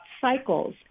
cycles